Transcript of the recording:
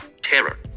terror